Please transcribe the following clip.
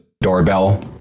doorbell